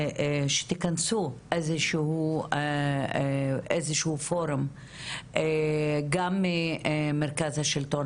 שתכנסו איזשהו פורום גם ממרכז השלטון